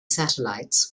satellites